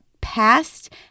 past